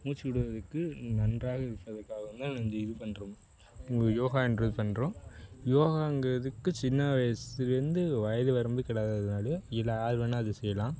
மூச்சு விடுவதுக்கு நன்றாக இருப்பதற்காகவும் தான் இந்த இது பண்ணுறோம் உங்கள் யோகா என்பது பண்ணுறோம் யோகாங்கிறதுக்கு சின்ன வயசுலேருந்து வயது வரம்பு கிடையாததுனாலயும் இது யாருவேணா இதை செய்யலாம்